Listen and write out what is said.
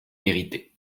irrité